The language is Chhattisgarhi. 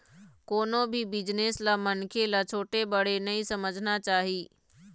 कोनो भी बिजनेस ल मनखे ल छोटे बड़े नइ समझना चाही